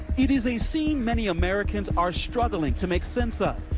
it is a scene many americans are struggling to make sense of.